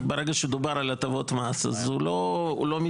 ברגע שדובר על הטבות מס אז הוא לא מתלהב.